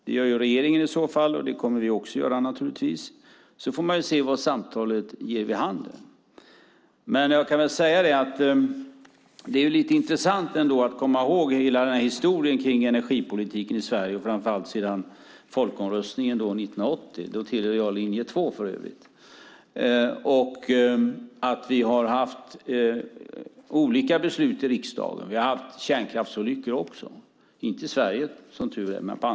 Det gör i så fall regeringen, och det kommer vi naturligtvis också att göra. Sedan får man se vad samtalet ger vid handen. Det är ändå lite intressant att komma ihåg historien för energipolitiken i Sverige, och framför allt från folkomröstningen år 1980. Jag hörde då för övrigt till Linje 2. Vi har haft olika beslut i riksdagen. Vi har också haft kärnkraftsolyckor, som tur är inte i Sverige.